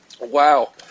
Wow